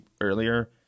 earlier